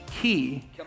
key